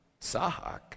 Sahak